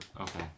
Okay